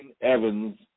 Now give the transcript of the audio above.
Evans